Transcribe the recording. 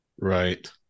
Right